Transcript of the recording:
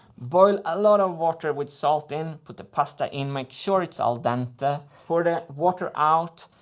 boil a lot of water with salt in, put the pasta in, make sure it's al dente. pour the water out,